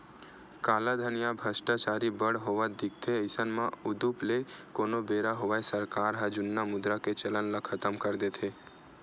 कालाधन या भस्टाचारी बड़ होवत दिखथे अइसन म उदुप ले कोनो बेरा होवय सरकार ह जुन्ना मुद्रा के चलन ल खतम कर देथे